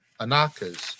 Anaka's